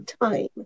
time